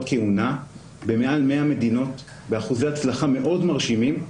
כהונה במעל 100 מדינות באחוזי הצלחה מאוד מרשימים.